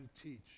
teach